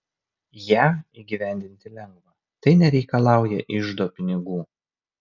ją įgyvendinti lengva tai nereikalauja iždo pinigų